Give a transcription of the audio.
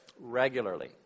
regularly